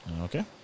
Okay